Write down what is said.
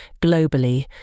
Globally